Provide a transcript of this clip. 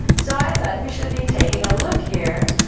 so i thought we should be taking a look here.